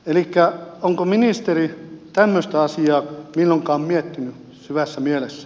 elikkä onko ministeri tämmöistä asiaa milloinkaan miettinyt syvässä mielessä